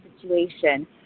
situation